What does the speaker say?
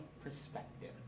perspective